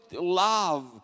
love